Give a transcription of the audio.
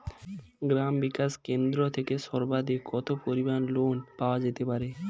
গ্রাম বিকাশ কেন্দ্র থেকে সর্বাধিক কত পরিমান লোন পাওয়া যেতে পারে?